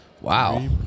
Wow